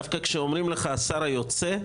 דווקא כשאומרים לך השר היוצא,